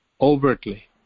overtly